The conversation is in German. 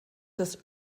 das